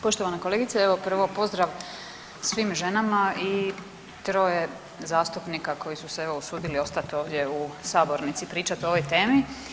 Poštovana kolegice, evo pozdrav svim ženama i troje zastupnika koji su se evo usudili ostati u sabornici, pričati o ovoj temi.